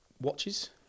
Watches